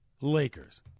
Lakers